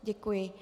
Děkuji.